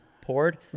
poured